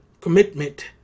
commitment